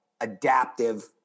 adaptive